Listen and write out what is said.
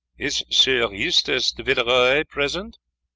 is sieur eustace de villeroy present?